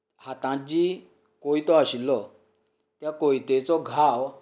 हातांत जी कोयतो आशिल्लो त्या कोयतेचो घाव